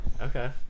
Okay